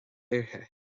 uirthi